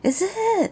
is it